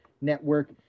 Network